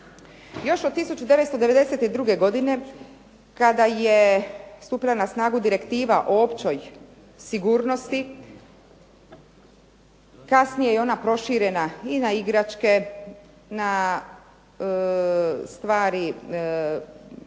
Još od 1992. godine kada je stupila na snagu Direktiva o općoj sigurnosti kasnije je ona proširena i na igračke, na stvari